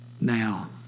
Now